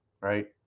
right